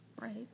right